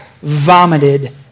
vomited